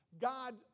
God